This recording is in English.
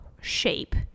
shape